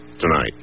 tonight